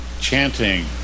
chanting